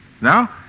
Now